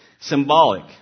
Symbolic